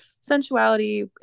sensuality